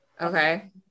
Okay